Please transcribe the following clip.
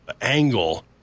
angle